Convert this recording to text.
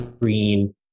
green